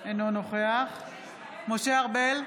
אינו נוכח משה ארבל,